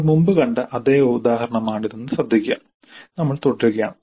നമ്മൾ മുമ്പ് കണ്ട അതേ ഉദാഹരണമാണിതെന്ന് ശ്രദ്ധിക്കുക നമ്മൾ തുടരുകയാണ്